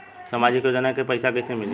सामाजिक योजना के पैसा कइसे मिली?